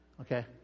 Okay